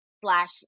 slash